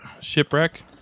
shipwreck